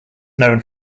known